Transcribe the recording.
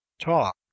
Talk